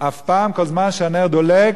אף פעם, כל זמן שהנר דולק,